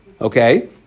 Okay